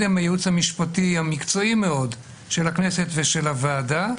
עם הייעוץ המשפטי המקצועי-מאוד של הכנסת ושל הוועדה,